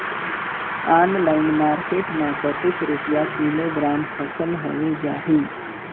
Online market मां कतेक रुपिया किलोग्राम फसल हवे जाही?